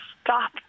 stop